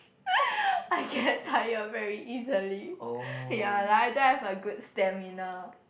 I get tired very easily yea like I don't have a good stamina